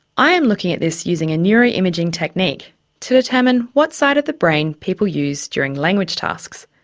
i am looking at this using a neuro-imaging technique to determine what side of the brain people use during language tasks.